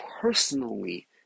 personally